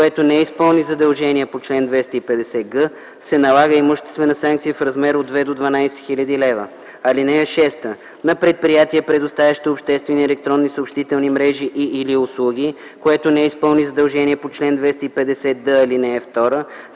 което не изпълни задължение по чл. 250а, се наказва с имуществена санкция в размер от 1000 до 10 000 лв. (5) Предприятие, предоставящо обществени електронни съобщителни мрежи и/или услуги, което не изпълни задължение по чл. 250б, ал. 1,